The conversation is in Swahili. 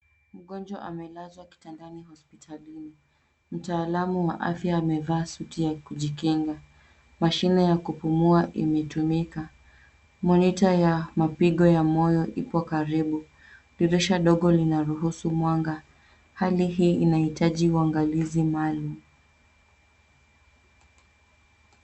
Mgonjwa amelazwa kitandani hospitalini. Mtaalamu wa afya amevaa suti ya kujikinga. Mashine ya kupumua imetumika. Monita ya mapigo ya moyo ipo karibu. Dirisha dogo linaruhusu mwanga. Hali hii inahitaji uangalizi maalum.